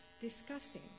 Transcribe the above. discussing